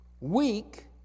weak